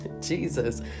jesus